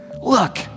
Look